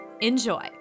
Enjoy